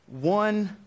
one